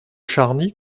charny